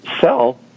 sell